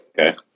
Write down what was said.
Okay